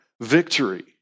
victory